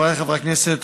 חבריי חברי הכנסת,